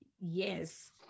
Yes